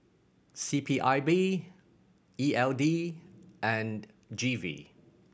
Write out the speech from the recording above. C P I B E L D and G V